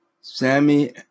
Sammy